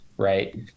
Right